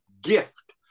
gift